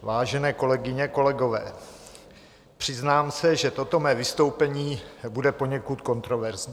Vážené kolegyně, kolegové, přiznám se, že toto mé vystoupení bude poněkud kontroverzní.